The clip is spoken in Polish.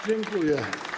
Dziękuję.